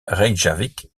reykjavik